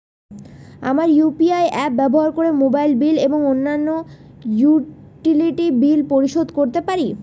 আমরা UPI apps ব্যবহার করে মোবাইল বিল এবং অন্যান্য ইউটিলিটি বিল পরিশোধ করতে পারি